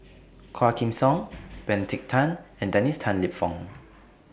Quah Kim Song Benedict Tan and Dennis Tan Lip Fong